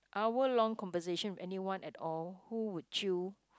hour long conversation with anyone at all who would you